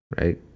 right